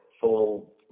full